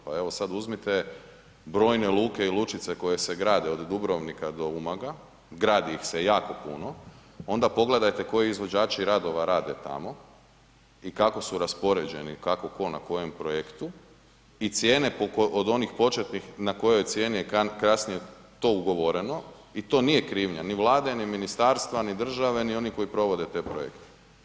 Pa evo sad uzmite brojne luke i kučice koje se grade od Dubrovnika do Umaga, gradi ih se jako puno, onda pogledajte koji izvođači radova rade tamo i kako su raspoređeni, kako tko na kojem projektu i cijene od onih početnih na kojoj cijeni je kasnije to ugovoreno i to nije krivnja ni Vlade, ni ministarstva, ni države, ni onih koji provode te projekte.